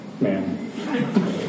man